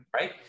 Right